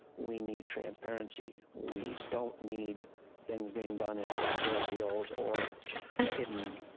we need transparency, we don't need things being done in backdoor deals or hidden.